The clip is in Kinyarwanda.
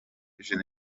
gen